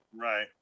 Right